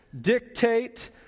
dictate